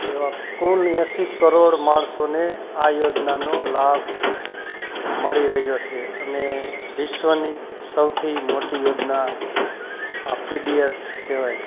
એવા કુલ એંસી કરોડ માણસોને આ યોજનાનો લાભ મળી રહ્યો છે અને વિશ્વની સૌથી મોટી યોજના આ પીડીએસ કહેવાય